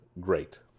great